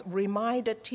reminded